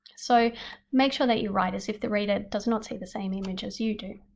so make sure that you write as if the reader does not see the same image as you do.